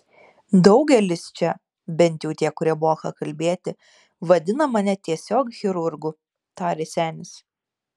daugelis čia bent jau tie kurie moka kalbėti vadina mane tiesiog chirurgu tarė senis